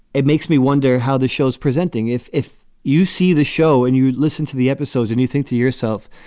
it makes me wonder how the show's presenting. if if you see the show and you listen to the episodes and you think to yourself,